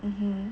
hmm